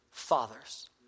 Fathers